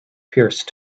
pierced